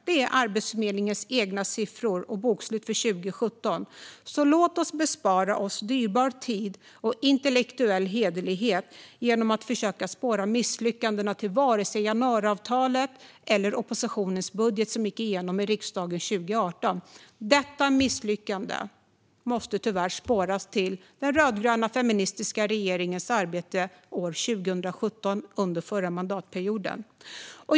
Det är Arbetsförmedlingens egna siffror och bokslut för 2017. Låt oss spara dyrbar tid och behålla intellektuell hederlighet genom att inte försöka spåra misslyckandena till vare sig januariavtalet eller oppositionens budget, som gick igenom i riksdagen 2018. Detta misslyckande måste tyvärr spåras till den rödgröna feministiska regeringens arbete år 2017, under förra mandatperioden.